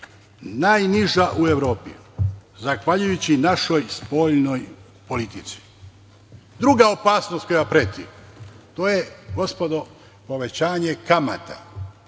najniža u Evropi, zahvaljujući našoj spoljnoj politici. Druga opasnost koja preti jeste, gospodo, povećanje kamata.